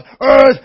earth